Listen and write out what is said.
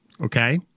Okay